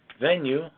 venue